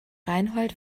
reinhold